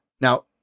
Now